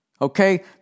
Okay